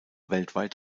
weltweit